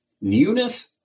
Newness